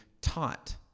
taught